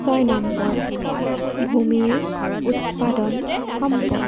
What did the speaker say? ছয় নম্বৰ ভূমিৰ উৎপাদন সম্পদ